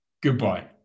goodbye